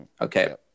Okay